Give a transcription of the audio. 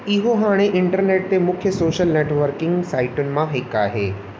इहो हाणे इंटरनेट ते मुख्य सोशल नेटवर्किंग साइटुनि मां हिकु आहे